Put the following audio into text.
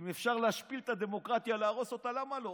אם אפשר להשפיל את הדמוקרטיה, להרוס אותה, למה לא,